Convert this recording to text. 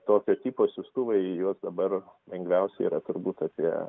tokio tipo siųstuvai juos dabar lengviausi yra turbūt apie